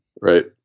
right